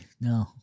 no